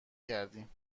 کردیم